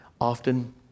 often